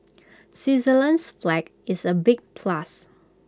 Switzerland's flag is A big plus